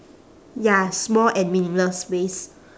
ya small and meaningless ways